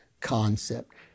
concept